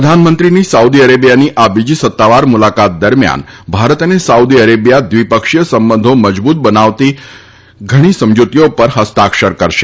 પ્રધાનમંત્રીની સાઉદી અરેબિયાની આ બીજી સત્તાવાર મુલાકાત દરમ્યાન ભારત અને સાઉદી અરેબિયા દ્વિપક્ષી સંબંધો મજબૂત બનાવતા ઘણા સમજુતી કરારો ઉપર હસ્તાક્ષર કરશે